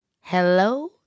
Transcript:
Hello